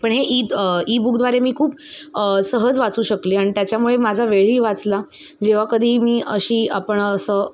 पण हे ईद ईबुकद्वारे मी खूप सहज वाचू शकली आणि त्याच्यामुळे माझा वेळही वाचला जेव्हा कधी मी अशी आपण असं